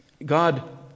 God